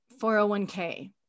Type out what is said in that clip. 401k